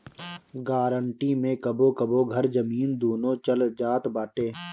guarantee मे कबो कबो घर, जमीन, दूनो चल जात बाटे